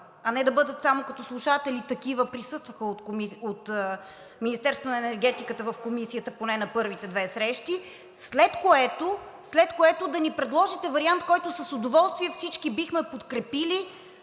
а не да бъдат само като слушатели – такива присъстваха от Министерството на енергетиката в Комисията, поне на първите две срещи, след което да ни предложите вариант, който с удоволствие всички бихме подкрепили,